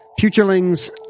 Futurelings